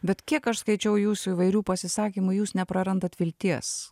bet kiek aš skaičiau jūsų įvairių pasisakymų jūs neprarandat vilties